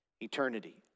eternity